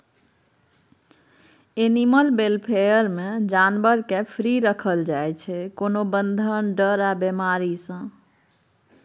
animal welfare मे जानबर केँ फ्री राखल जाइ छै कोनो बंधन, डर आ बेमारी सँ